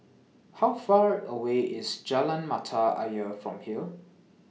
How Far away IS Jalan Mata Ayer from here